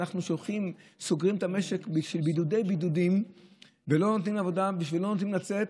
אנחנו סוגרים את המשק בבידודי-בידודים ולא נותנים לצאת,